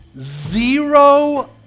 Zero